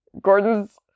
Gordon's